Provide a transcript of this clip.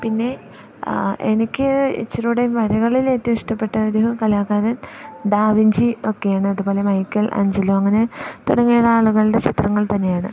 പിന്നെ എനിക്ക് ഇച്ചിരിടേയും വരകളിൽ ഏറ്റവും ഇഷ്ടപ്പെട്ട ഒരു കലാകാരൻ ഡാ വിഞ്ചി ഒക്കെയാണ് അതുപോലെ മൈക്കൽആഞ്ചലോ അങ്ങനെ തുടങ്ങിയ ആളുകളുടെ ചിത്രങ്ങൾ തന്നെയാണ്